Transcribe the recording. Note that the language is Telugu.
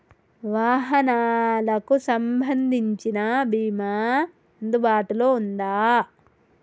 వాహనాలకు సంబంధించిన బీమా అందుబాటులో ఉందా?